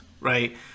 right